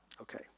Okay